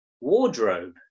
wardrobe